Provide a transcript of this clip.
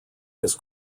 his